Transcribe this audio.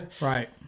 Right